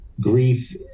grief